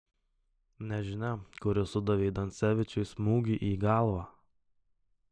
nežinia kuris sudavė dansevičiui smūgį į galvą